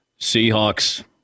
Seahawks